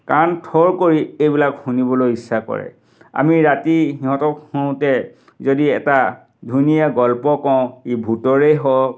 কাণ থৰ কৰি এইবিলাক শুনিবলৈ ইচ্ছা কৰে আমি ৰাতি সিহঁতক শোওঁতে যদি এটা ধুনীয়া গল্প কওঁ ই ভূতৰেই হওক